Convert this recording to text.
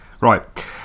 Right